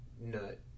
nut